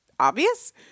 obvious